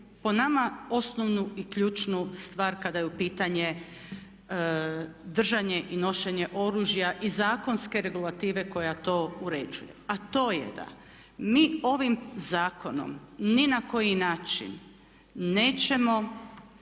po nama osnovnu i ključnu stvar kada je u pitanju držanje i nošenje oružja i zakonske regulative koja to uređuje. A to je da mi ovim zakonom ni na koji način nećemo